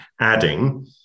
adding